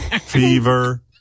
Fever